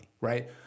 right